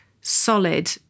solid